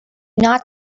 not